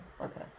Okay